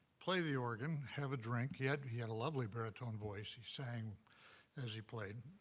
play the organ, have a drink. he had he had a lovely baritone voice. he sang as he played.